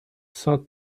saint